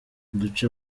uduce